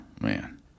man